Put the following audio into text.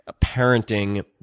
parenting